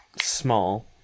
small